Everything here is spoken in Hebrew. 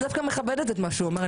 אני דווקא מכבדת את מה שהוא אומר,